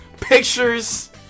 pictures